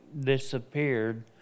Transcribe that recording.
disappeared